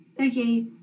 Okay